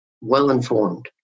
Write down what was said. well-informed